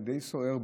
די סוער,